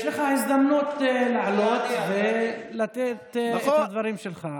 יש לך הזדמנות לעלות ולשאת את הדברים שלך.